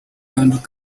bubasha